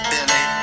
Billy